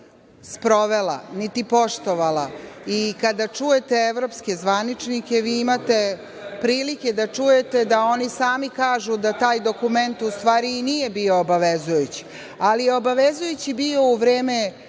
ni sprovela, niti poštovala. I kada čujete evropske zvaničnike, vi imate prilike da čujete da oni sami kažu da taj dokument u stvari i nije bio obavezujući, ali je obavezujući bio u vreme